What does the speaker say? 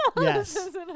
yes